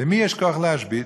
למי יש כוח להשבית?